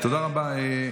תודה רבה.